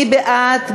מי בעד?